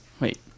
Wait